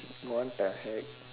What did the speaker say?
what the heck